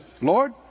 Lord